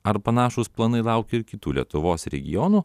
ar panašūs planai laukia ir kitų lietuvos regionų